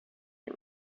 him